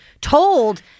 told